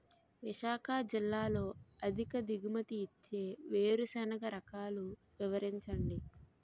విశాఖ జిల్లాలో అధిక దిగుమతి ఇచ్చే వేరుసెనగ రకాలు వివరించండి?